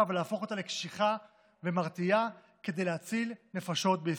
ולהפוך אותה לקשיחה ומרתיעה כדי להציל נפשות בישראל.